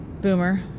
Boomer